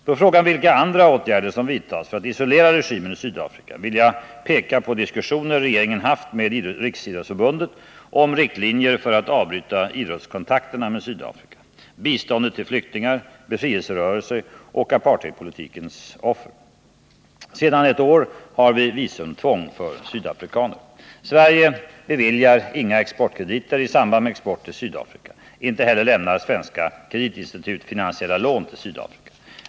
På frågan vilka andra åtgärder som vidtas för att isolera regimen i Sydafrika vill jag peka på diskussioner regeringen haft med Riksidrottsförbundet om riktlinjer för att avbryta idrottskontakterna med Sydafrika. Biståndet till flyktingar, befrielserörelser och apartheidpolitikens offer har ökats. Sedan ett år har vi visumtvång för sydafrikaner. Sverige beviljar inga exportkrediter i samband med export till Sydafrika. Inte heller lämnar svenska kreditinstitut finansiella lån till Sydafrika.